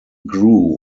grew